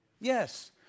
Yes